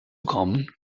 kommen